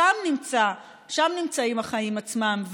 שם נמצאים החיים עצמם.